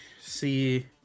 see